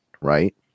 right